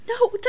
No